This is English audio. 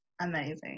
amazing